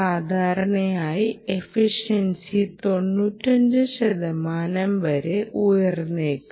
സാധാരണയായി എഫിഷൻസി 95 ശതമാനം വരെ ഉയർന്നേക്കാം